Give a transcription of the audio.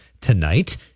tonight